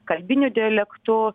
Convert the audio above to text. kalbiniu dialektu